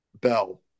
Bell